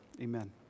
Amen